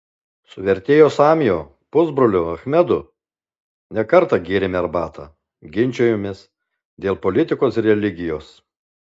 su vertėjo samio pusbroliu achmedu ne kartą gėrėme arbatą ginčijomės dėl politikos ir religijos